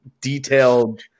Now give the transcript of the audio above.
detailed